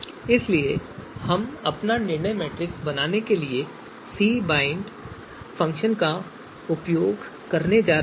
इसलिए हम अपना निर्णय मैट्रिक्स बनाने के लिए इस cbind फ़ंक्शन का उपयोग करने जा रहे हैं